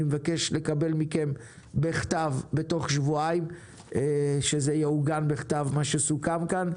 מבקש לקבל מכם בכתב בתוך שבועיים שזה יעוגן בכתב מה שסוכם כאן.